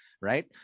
right